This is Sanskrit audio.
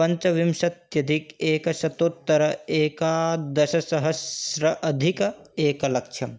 पञ्चविंशत्यधिक एकशतोत्तर एकादशसहस्र अधिक एकलक्षं